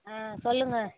ஆ சொல்லுங்க